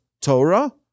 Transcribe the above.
Torah